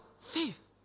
faith